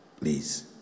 please